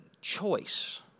choice